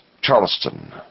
Charleston